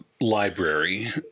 library